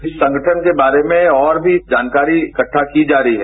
इस संगठन के बारे में और भी जानकारी इक्ट्वा की जा रही है